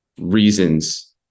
reasons